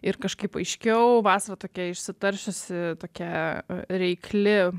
ir kažkaip aiškiau vasara tokia išsitaršiusi tokia reikli